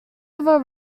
ever